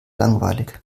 langweilig